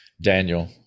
Daniel